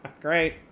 great